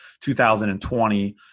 2020